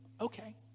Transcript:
Okay